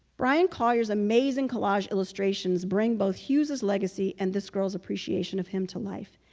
bryan collier's amazing collage illustrations bring both hughes's legacy and this girl's appreciation of him to life.